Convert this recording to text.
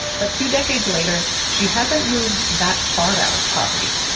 but two decades later she hasn't moved that far out of poverty.